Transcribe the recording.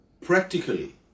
practically